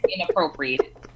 inappropriate